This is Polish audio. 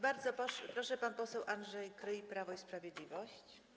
Bardzo proszę, pan poseł Andrzej Kryj, Prawo i Sprawiedliwość.